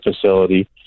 facility